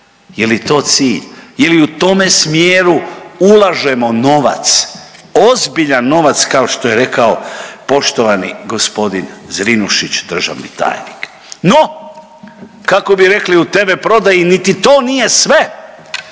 Je li to cilj, je li u tome smjeru ulažemo novac, ozbiljan novac kao što je rekao poštovani gospodin Zrinušić, državni tajnik. No, kako bi rekli u tv prodaji niti to nije sve,